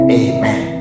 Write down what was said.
amen